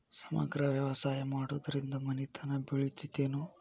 ಸಮಗ್ರ ವ್ಯವಸಾಯ ಮಾಡುದ್ರಿಂದ ಮನಿತನ ಬೇಳಿತೈತೇನು?